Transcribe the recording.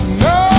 no